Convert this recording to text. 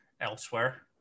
elsewhere